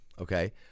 okay